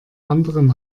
anderen